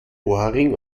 ohrring